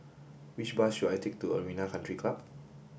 which bus should I take to Arena Country Club